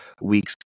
week's